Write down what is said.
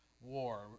war